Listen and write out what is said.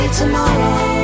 tomorrow